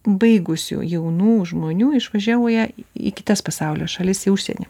baigusių jaunų žmonių išvažiuoja į kitas pasaulio šalis į užsienį